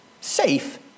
Safe